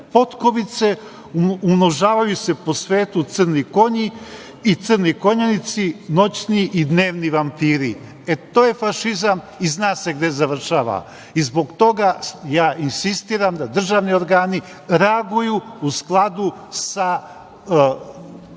potkovice, umnožavaju se po svetu crni konji i crni konjanici, noćni i dnevni vampiri. E, to je fašizam i zna se gde završava. Zbog toga ja insistiram da državni organi reaguju, u skladu sa